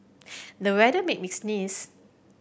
the weather made me sneeze